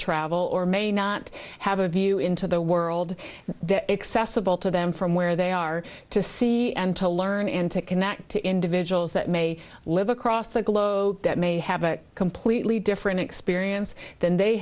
travel or may not have a view into the world that accessible to them from where they are to see and to learn and to connect to individuals that may live across the globe that may have a completely different experience than they